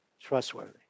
trustworthy